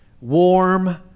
warm